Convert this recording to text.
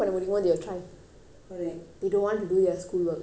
they don't want to do their schoolwork then they happy that they have no homework